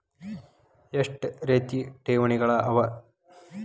ಎಷ್ಟ ರೇತಿ ಠೇವಣಿಗಳ ಅವ?